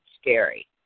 scary